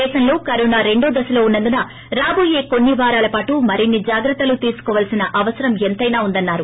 దేశంలో కరోనా రెండో దశలో ఉన్నందున రాబోయే కొన్ని వారాల పాటు మరిన్ని జాగ్రత్తలు తీసుకోవాల్సిన అవసరం ఎంతైనా ఉందన్నారు